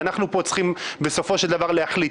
אנחנו פה צריכים בסופו של דבר להחליט.